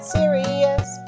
serious